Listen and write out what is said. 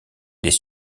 des